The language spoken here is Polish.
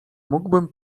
mógłbym